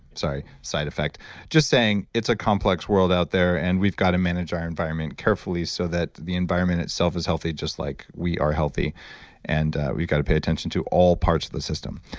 sorry. side effect just saying it's a complex world out there and we've got to manage our environment carefully so that the environment itself is healthy just like we are healthy and we've got to pay attention to all parts of the system.